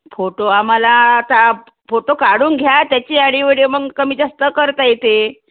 photo आम्हाला आता photo काढून घ्या त्याची ॲडीओ विडीओ मग कमी जास्त करता येते